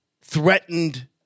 threatened